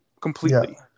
Completely